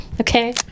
okay